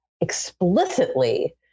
explicitly